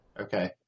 Okay